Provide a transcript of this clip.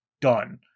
done